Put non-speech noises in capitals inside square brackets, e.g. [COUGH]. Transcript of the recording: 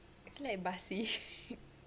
is it like basi [LAUGHS]